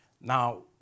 Now